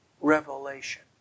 revelation